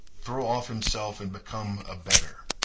throw off himself and become a better.